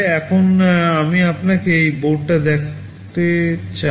এখন আমি আপনাকে এই বোর্ড দেখাতে চাই